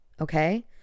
Okay